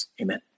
amen